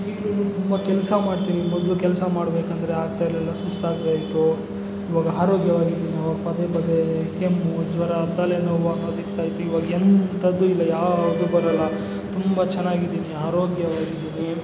ಈಗಲೂ ತುಂಬ ಕೆಲಸ ಮಾಡ್ತೀನಿ ಮೊದಲು ಕೆಲಸ ಮಾಡ್ಬೇಕೆಂದರೆ ಆಗ್ತಾಯಿರಲಿಲ್ಲ ಸುಸ್ತಾಗ್ತಾಯಿತ್ತು ಇವಾಗ ಆರೋಗ್ಯವಾಗಿದ್ದೀನಿ ಪದೆ ಪದೆ ಕೆಮ್ಮು ಜ್ವರ ತಲೆನೋವು ಅನ್ನೋದು ಇರ್ತಾಯಿತ್ತು ಇವಾಗ ಎಂಥದ್ದೂ ಇಲ್ಲ ಯಾವುದೂ ಬರಲ್ಲ ತುಂಬ ಚೆನ್ನಾಗಿದ್ದೀನಿ ಆರೋಗ್ಯವಾಗಿದ್ದೀನಿ